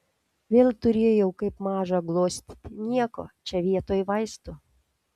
vėl turėjau kaip mažą glostyti nieko čia vietoj vaistų